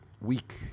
Weak